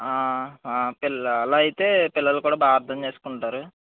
పిల్ అలా అయితే పిల్లలు కూడా బాగా అర్ధం చేసుకుంటారు